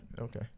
Okay